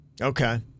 Okay